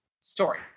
story